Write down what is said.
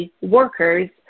workers